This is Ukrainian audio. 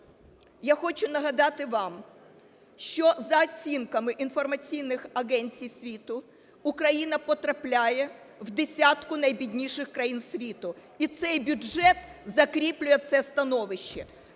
Я хочу нагадати вам, що за оцінками інформаційних агенцій світу Україна потрапляє в десятку найбідніших країн світу, і цей бюджет закріплює це становище.